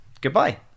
goodbye